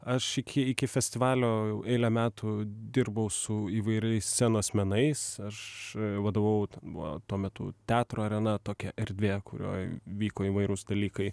aš iki iki festivalio jau eilę metų dirbau su įvairiais scenos menais aš vadovavau buvo tuo metu teatro arena tokia erdvė kurioj vyko įvairūs dalykai